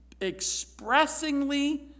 expressingly